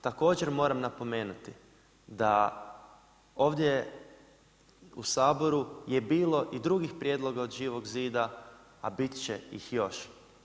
Također moram napomenuti da ovdje u Saboru je bilo i drugih prijedloga od Živog zida, a bit će ih još.